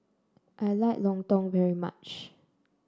I like Lontong very much